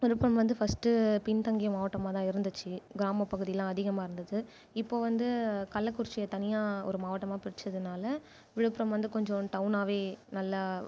விழுப்புரம் வந்து ஃபர்ஸ்ட் பின்தங்கிய மாவட்டமாக தான் இருந்துச்சு கிராம பகுதிலாம் அதிகமாக இருந்தது இப்போ வந்து கள்ளக்குறிச்சியை தனியாக ஒரு மாவட்டமாக பிரிச்சதுனால் விழுப்புரம் வந்து கொஞ்சம் டௌனாவே நல்லா